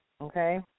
okay